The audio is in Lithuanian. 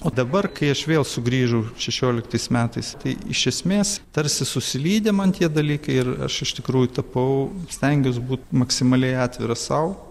o dabar kai aš vėl sugrįžau šešioliktais metais tai iš esmės tarsi susilydė man tie dalykai ir aš iš tikrųjų tapau stengiuos būt maksimaliai atviras sau